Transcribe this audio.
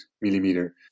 millimeter